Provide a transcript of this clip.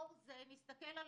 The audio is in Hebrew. שלאור זה נסתכל על